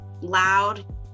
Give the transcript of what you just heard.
loud